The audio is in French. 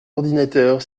ordinateur